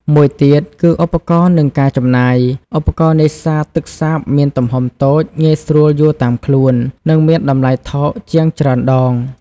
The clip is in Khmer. មួយទៀតគឺ ឧបករណ៍ និងការចំណាយ។ ឧបករណ៍នេសាទទឹកសាបមានទំហំតូច ងាយស្រួលយួរតាមខ្លួន និងមានតម្លៃថោកជាងច្រើនដង។